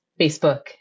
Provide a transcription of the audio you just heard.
Facebook